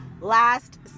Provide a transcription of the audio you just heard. last